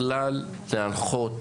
בכלל, להנחות,